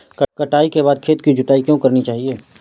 कटाई के बाद खेत की जुताई क्यो करनी चाहिए?